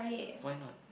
why not